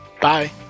Bye